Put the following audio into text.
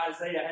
Isaiah